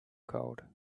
cold